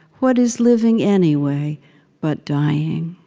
what is living, anyway but dying.